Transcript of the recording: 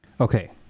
okay